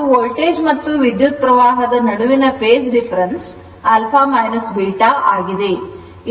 ಮತ್ತು ವೋಲ್ಟೇಜ್ ಮತ್ತು ವಿದ್ಯುತ್ ಪ್ರವಾಹದ ನಡುವಿನ phase difference α β ಆಗಿದೆ